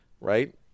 right